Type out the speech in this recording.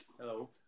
Hello